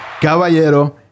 Caballero